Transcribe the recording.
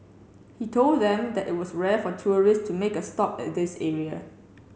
he told them that it was rare for tourists to make a stop at this area